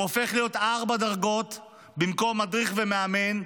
הוא הופך להיות ארבע דרגות במקום מדריך ומאמן.